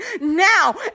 now